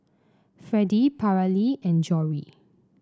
Fredie Paralee and Jory